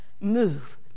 move